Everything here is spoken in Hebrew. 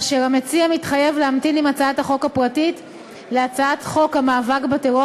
והמציע מתחייב להמתין עם הצעת החוק הפרטית להצעת חוק המאבק בטרור